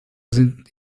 sind